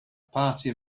party